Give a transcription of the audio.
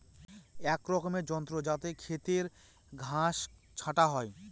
এক রকমের যন্ত্র যাতে খেতের ঘাস ছাটা হয়